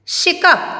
शिकप